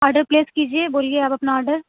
order place کیجیے بولئے آپ اپنا آرڈر